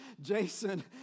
Jason